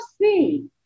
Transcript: see